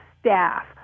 staff